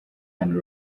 and